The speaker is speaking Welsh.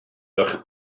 eich